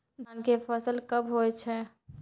धान के फसल कब होय छै?